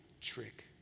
trick